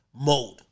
Mode